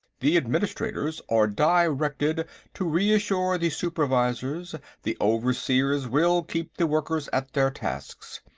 the administrators are directed to reassure the supervisors the overseers will keep the workers at their tasks.